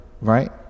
right